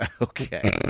Okay